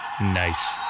Nice